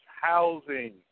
housing